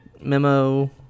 memo